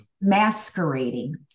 masquerading